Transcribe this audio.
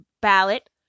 ballot